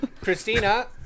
Christina